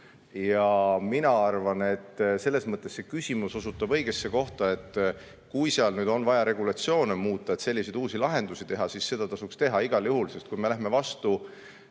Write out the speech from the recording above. Mina arvan, et selles mõttes see küsimus osutab õigesse kohta, et kui seal on vaja regulatsioone muuta, et selliseid uusi lahendusi teha, siis seda tasuks igal juhul teha. Sest me läheme vastu